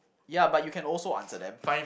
ya but you can also answer them